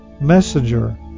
MESSENGER